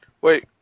Wait